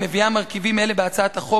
המביאה מרכיבים אלה בהצעת החוק,